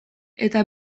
eta